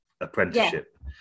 apprenticeship